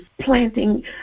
planting